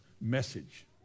message